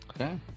Okay